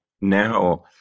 now